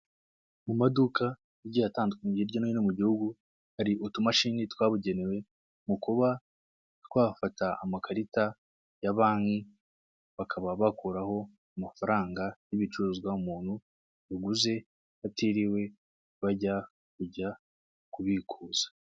Mu maduka agiye atandukanye hirya no hino mu gihugu, hari utumashini twabugenewe mu kuba twafata amakarita ya banki bakaba bakuraho amafaranga y'ibicuruzwa umuntu uguze batiriwe bajya kujya kubikuza.